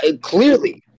Clearly